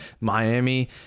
Miami